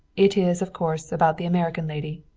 it is, of course, about the american lady.